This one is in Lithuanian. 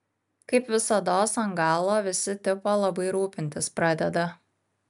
kaip visados ant galo visi tipo labai rūpintis pradeda